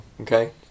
Okay